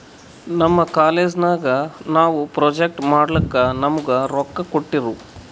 ನಮ್ ಕಾಲೇಜ್ ನಾಗ್ ನಾವು ಪ್ರೊಜೆಕ್ಟ್ ಮಾಡ್ಲಕ್ ನಮುಗಾ ರೊಕ್ಕಾ ಕೋಟ್ಟಿರು